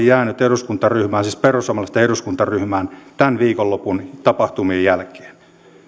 jäänyt eduskuntaryhmään siis perussuomalaisten eduskuntaryhmään tämän viikonlopun tapahtumien jälkeen